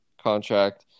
contract